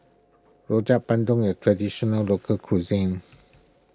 Rojak Bandung a Traditional Local Cuisine